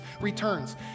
returns